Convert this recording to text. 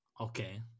Okay